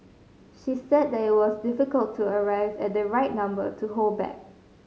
she said that it was difficult to arrive at the right number to hold back